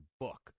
book